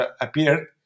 appeared